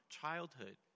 childhood